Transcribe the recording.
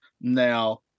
now